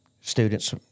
Students